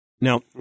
Now